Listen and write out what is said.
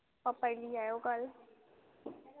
पापा ही ली आयो कल